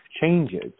changes